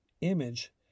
image